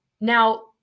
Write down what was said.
Now